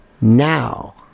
now